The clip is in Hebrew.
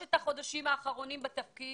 בשלושת החודשים האחרונים בתפקידי